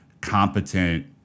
competent